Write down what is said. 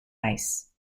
ice